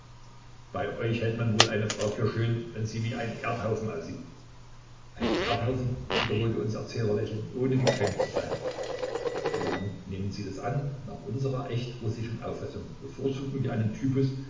bei euch hält man wohl eine frau für schön wenn sie wie ein erdhaufen aussieht ein erdhaufen wiederholte unser erzähler lächelnd und ohne gekränkt zu sein warum nehmen sie das an nach unserer echt russischen auffassung bevorzugen wir einen typus